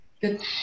Good